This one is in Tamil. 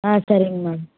ஆ சரிங்கம்மா